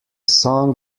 song